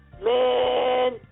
Man